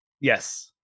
yes